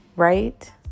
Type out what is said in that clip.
Right